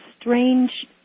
strange